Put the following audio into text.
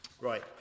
Right